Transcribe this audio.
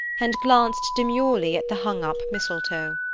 and glanced demurely at the hung-up mistletoe.